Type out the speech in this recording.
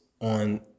on